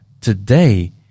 Today